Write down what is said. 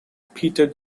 peter